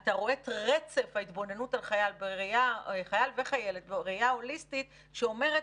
אתה רואה את רצף ההתבוננות על חייל וחיילת בראייה הוליסטית שאומרת